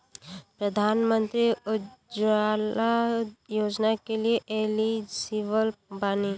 प्रधानमंत्री उज्जवला योजना के लिए एलिजिबल बानी?